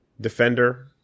Defender